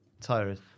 Tyrus